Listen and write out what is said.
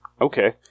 Okay